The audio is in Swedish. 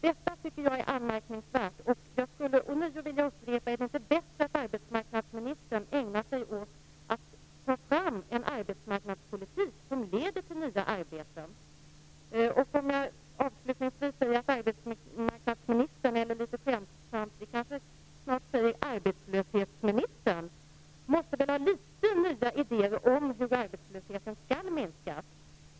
Vad har då regeringen gjort? Regeringen har ägnat mycket tid åt att försöka få ordning på statens finanser. Detta har varit rätt framgångsrikt, och tillväxten har varit stark i framför allt den exportledda industrin.